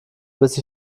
bis